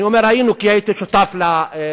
אני אומר "היינו" כי הייתי שותף למעשה